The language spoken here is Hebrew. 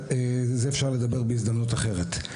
ועל זה אפשר לדבר בהזדמנות אחרת.